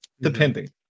Depending